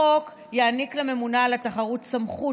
החוק יעניק לממונה על התחרות סמכות